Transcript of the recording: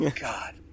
God